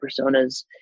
personas